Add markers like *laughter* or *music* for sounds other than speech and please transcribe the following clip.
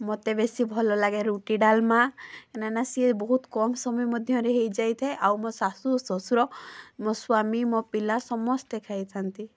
ମତେ ବେଶୀ ଭଲ ଲାଗେ ରୁଟି ଡାଲମା *unintelligible* ସେ ବହୁତ କମ ସମୟ ମଧ୍ୟରେ ହେଇଯାଇଥାଏ ଆଉ ମୋ ଶାଶୁ ଶ୍ବଶୁର ମୋ ସ୍ୱାମୀ ମୋ ପିଲା ସମସ୍ତେ ଖାଇଥାନ୍ତି